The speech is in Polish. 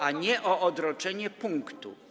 a nie o odroczenie punktu.